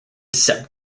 sub